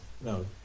no